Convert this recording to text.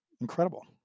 incredible